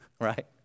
right